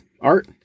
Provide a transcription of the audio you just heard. art